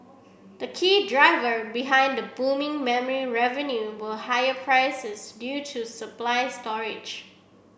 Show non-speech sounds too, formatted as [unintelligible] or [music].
the key driver behind the booming memory revenue were higher prices due to supply [unintelligible]